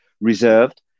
reserved